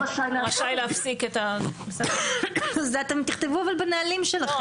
את זה אתם תכתבו אבל בנהלים שלכם,